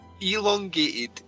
elongated